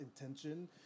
intention